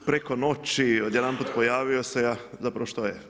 Preko noći, odjedanput pojavio se, zapravo što je?